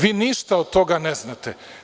Vi ništa od toga ne znate.